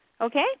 Okay